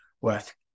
worth